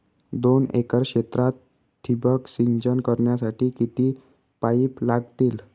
दोन एकर क्षेत्रात ठिबक सिंचन करण्यासाठी किती पाईप लागतील?